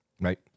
right